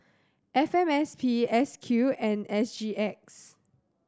F M S P S Q and S G X